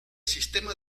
sistema